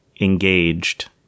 engaged